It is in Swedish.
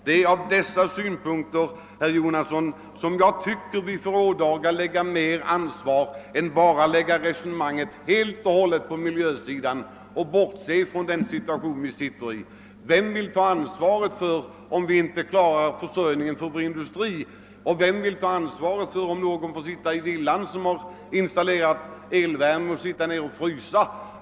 Det är från dessa utgångspunkter, herr Jonasson, som jag tycker vi får ådagalägga mer ansvar än att bara föra resonemanget på miljösidan och bortse från den situation vi befinner oss i. Vem vill ta ansvaret för om vi inte klarar försörjningen för vår industri? Vem vill ta ansvaret för om någon som installerat elvärme i sin villa får sitta och frysa?